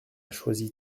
choisi